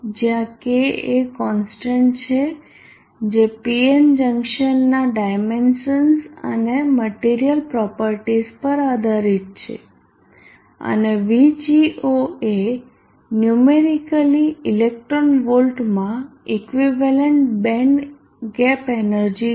જ્યાં K એ constant છે જે PN જંકશનના ડાયમેન્સન અને મટીરીયલ પ્રોપર્ટીસ પર આધારિત છે અને VGO એ ન્યુમેરીકલી ઇલેક્ટ્રોન વોલ્ટમાં ઇક્વિવેલન્ટ બેન્ડ ગેપ એનર્જી છે